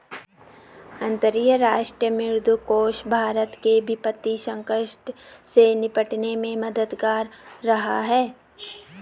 अंतर्राष्ट्रीय मुद्रा कोष भारत के वित्तीय संकट से निपटने में मददगार रहा है